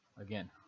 again